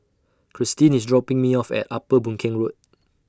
Kristyn IS dropping Me off At Upper Boon Keng Road